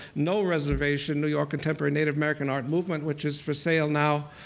no reservation, new york contemporary native american art movement, which is for sale now.